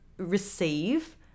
receive